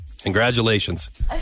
Congratulations